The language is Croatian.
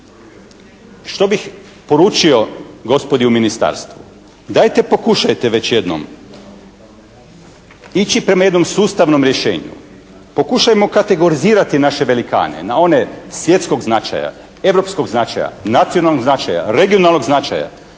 što bih poručio gospodi u ministarstvu? Dajte pokušajte već jednom ići prema jednom sustavnom rješenju. Pokušajmo kategorizirati naše velikane na one svjetskog značaja, europskog značaja, nacionalnog značaja, regionalnog značaja.